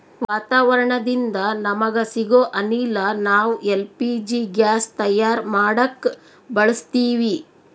ವಾತಾವರಣದಿಂದ ನಮಗ ಸಿಗೊ ಅನಿಲ ನಾವ್ ಎಲ್ ಪಿ ಜಿ ಗ್ಯಾಸ್ ತಯಾರ್ ಮಾಡಕ್ ಬಳಸತ್ತೀವಿ